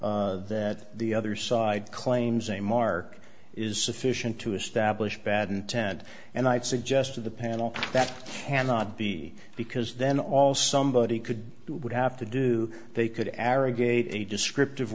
that the other side claims a mark is sufficient to establish bad intent and i would suggest to the panel that cannot be because then all somebody could would have to do they could ara gate descriptive